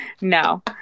no